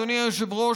אדוני היושב-ראש,